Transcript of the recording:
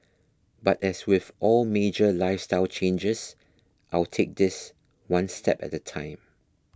but as with all major lifestyle changes I'll take this one step at a time